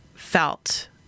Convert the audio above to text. felt